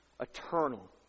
eternal